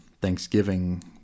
Thanksgiving